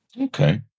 Okay